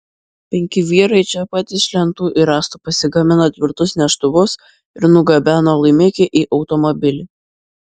penki vyrai čia pat iš lentų ir rąstų pasigamino tvirtus neštuvus ir nugabeno laimikį į automobilį